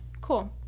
cool